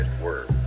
word